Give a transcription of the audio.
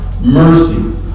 mercy